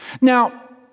Now